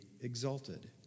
exalted